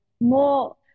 more